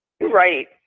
Right